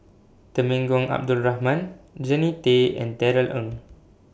Temenggong Abdul Rahman Jannie Tay and Darrell Ang